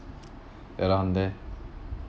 ya lah